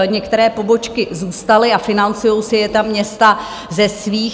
Některé pobočky zůstaly a financují si je ta města ze svých.